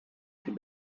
can